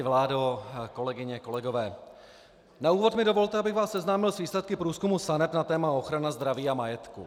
Vládo, kolegyně, kolegové, na úvod mi dovolte, abych vás seznámil s výsledky průzkumu SANEP na téma ochrana zdraví a majetku.